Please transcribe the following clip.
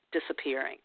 disappearing